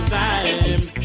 time